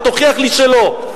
ותוכיח לי שלא.